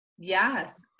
yes